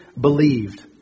believed